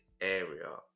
area